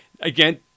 Again